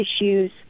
issues